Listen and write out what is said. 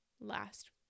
last